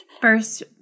First